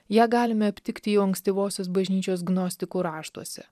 ją galime aptikti jau ankstyvosios bažnyčios gnostikų raštuose